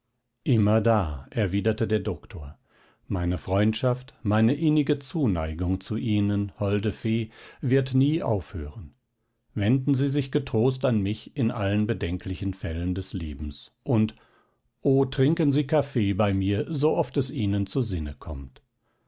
immerdar erwiderte der doktor meine freundschaft meine innige zuneigung zu ihnen holde fee wird nie aufhören wenden sie sich getrost an mich in allen bedenklichen fällen des lebens und o trinken sie kaffee bei mir sooft es ihnen zu sinne kommt